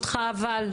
הוא לא האשים אותך אבל.